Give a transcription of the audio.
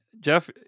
Jeff